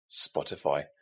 Spotify